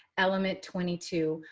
element twenty two,